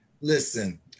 listen